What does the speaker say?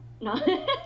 no